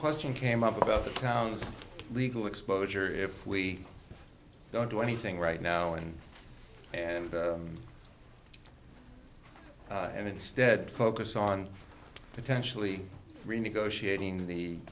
question came up about the town's legal exposure if we don't do anything right now and and instead focus on potentially renegotiating the